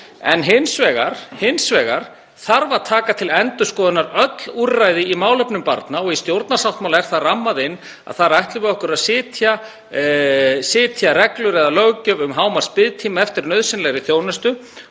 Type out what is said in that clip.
Hins vegar þarf að taka til endurskoðunar öll úrræði í málefnum barna. Í stjórnarsáttmála er rammað inn að þar ætlum við okkur að setja reglur eða löggjöf um hámarksbiðtíma eftir nauðsynlegri þjónustu.